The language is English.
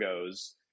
goes